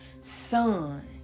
son